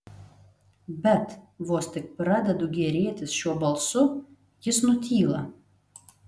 bet vos tik pradedu gėrėtis šiuo balsu jis nutyla